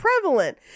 prevalent